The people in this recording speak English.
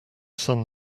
sun